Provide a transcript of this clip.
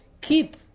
keep